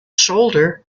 shoulder